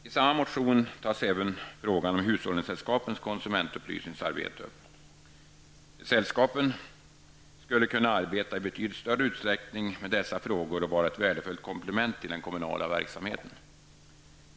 I samma motion tas även frågan om hushållningssällskapens konsumentupplysningsarbete upp. Sällskapen skulle kunna arbeta i betydligt större utsträckning med dessa frågor och vara ett värdefullt komplement till den kommunala verksamheten.